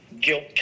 guilt